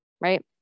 right